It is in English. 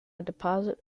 deposit